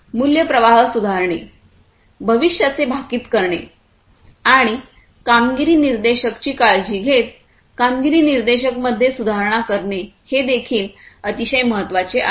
मूल्य प्रवाह सुधारणे भविष्याचे भाकीत करणे आणि कामगिरी निर्देशकची काळजी घेत कामगिरी निर्देशक मध्ये सुधारणा करणे हेदेखील अतिशय महत्त्वाचे आहे